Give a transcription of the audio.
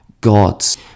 God's